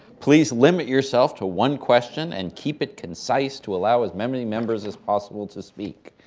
please limit yourself to one question and keep it concise to allow as many members as possible to speak.